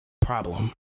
problem